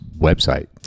website